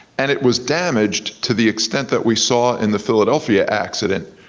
and it was damaged to the extent that we saw in the philadelphia accident,